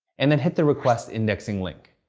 and then hit the request indexing link.